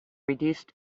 reduced